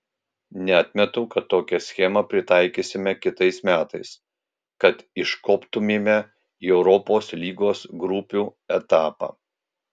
neatmetu kad tokią schemą pritaikysime kitais metais kad iškoptumėme į europos lygos grupių etapą